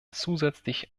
zusätzlich